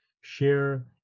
share